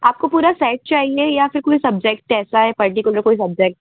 आपको पूरा सेट चाहिए या फिर पूरे सब्जेक्ट ऐसा है पर्टिकुलर कोई सब्जेक्ट